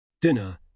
Dinner